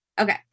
Okay